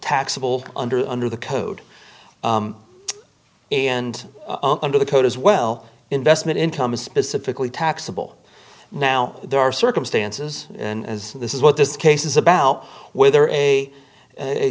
taxable under under the code and under the code as well investment income is specifically taxable now there are circumstances in as this is what this case is about whether a